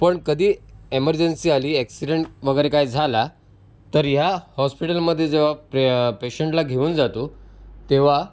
पण कधी एमर्जन्सी आली ॲक्सिडंड वगैरे काही झाला तर या हॉस्पिटलमध्ये जेव्हा प्रे पेशन्टला घेऊन जातो तेव्हा